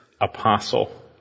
apostle